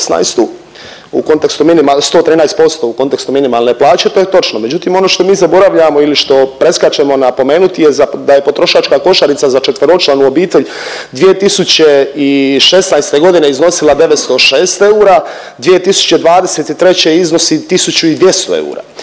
113% u kontekstu minimalne plaće to je točno, međutim ono što mi zaboravljamo ili što preskačemo napomenuti je da je potrošačka košarica za četveročlanu obitelj 2016.g. iznosila 906 eura, 2023. iznosi 1200 eura.